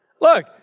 Look